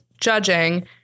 judging